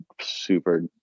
super